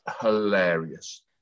hilarious